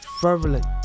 fervent